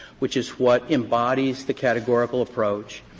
which is what embodies the categorical approach.